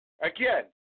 Again